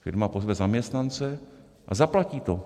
Firma pozve zaměstnance a zaplatí to.